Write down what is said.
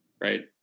Right